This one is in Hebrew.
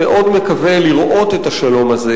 מאוד מקווה לראות את השלום הזה,